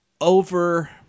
over